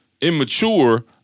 immature